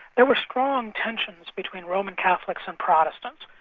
there were strong tensions between roman catholics and protestants.